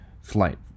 flight